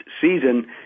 season